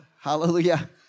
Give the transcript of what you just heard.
Hallelujah